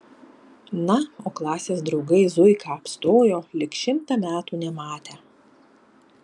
na o klasės draugai zuiką apstojo lyg šimtą metų nematę